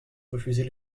refuser